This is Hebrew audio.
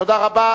תודה רבה.